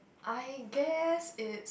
I guess is